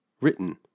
written